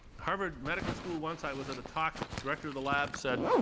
harvard medical school once i was at a talk director of the lab said,